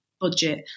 budget